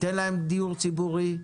תן להם דיור ציבורי,